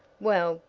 well,